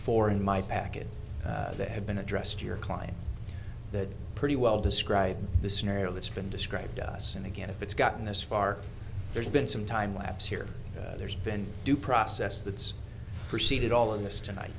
four in my packet that have been addressed your client that pretty well describe the scenario that's been described to us and again if it's gotten this far there's been some time lapse here there's been due process that's preceded all of this tonight